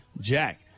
Jack